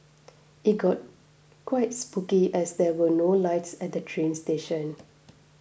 it got quite spooky as there were no lights at the train station